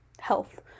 health